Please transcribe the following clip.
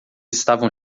estavam